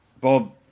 Bob